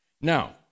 Now